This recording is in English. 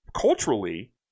culturally